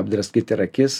apdraskyt ir akis